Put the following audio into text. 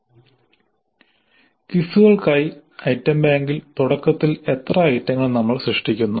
ക്വിസുകൾക്കായി item ബാങ്കിൽ തുടക്കത്തിൽ എത്ര ഐറ്റങ്ങൾ നമ്മൾ സൃഷ്ടിക്കുന്നു